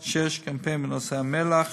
6. קמפיין בנושא מלח.